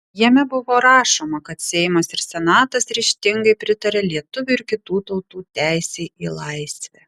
jame buvo rašoma kad seimas ir senatas ryžtingai pritaria lietuvių ir kitų tautų teisei į laisvę